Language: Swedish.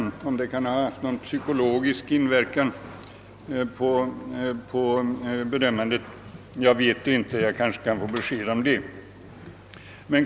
Jag vet inte om detta kan ha haft någon psykologisk inverkan på bedömandet; jag kanske kan få besked om det.